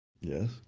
Yes